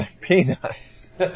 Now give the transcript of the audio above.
peanuts